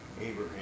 Abraham